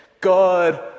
God